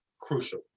Crucial